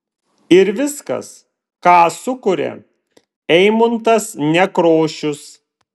ir viskas ką sukuria eimuntas nekrošius